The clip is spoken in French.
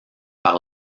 par